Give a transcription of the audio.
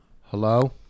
Hello